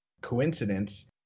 coincidence